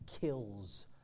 kills